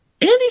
Andy